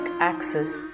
access